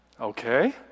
Okay